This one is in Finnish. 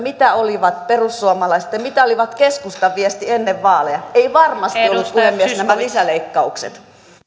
mitä olivat perussuomalaisten mitä olivat keskustan viestit ennen vaaleja eivät varmasti olleet puhemies nämä lisäleikkaukset